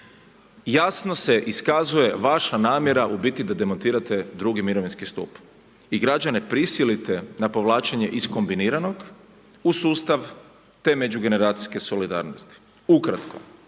Jasno se iskazuje vaša namjera u biti da demantirate drugi mirovinski stup i građana prisilite na povlačenje iz kombiniranog u sustav te međugeneracijske solidarnosti. Ukratko